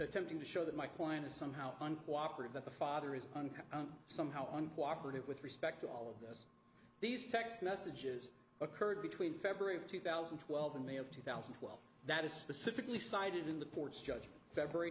attempting to show that my client is somehow uncooperative that the father is somehow uncooperative with respect to all this these text messages occurred between february of two thousand and twelve in may of two thousand and twelve that is specifically cited in the ports judgment february